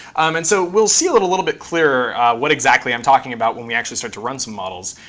and so we'll see a little little bit clearer what exactly i'm talking about when we actually start to run some models.